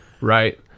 right